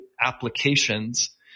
applications